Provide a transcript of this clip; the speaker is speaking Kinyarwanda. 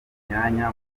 imyanya